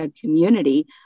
community